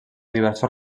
diversos